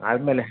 ಆದ ಮೇಲೆ